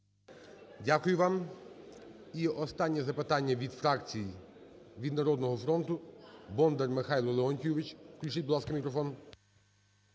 Дякую вам. І остання запитання від фракцій, від "Народного фронту" – Бондар Михайло Леонтійович. Включить, будь ласка, мікрофон.